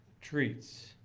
Treats